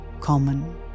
common